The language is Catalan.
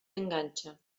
enganxa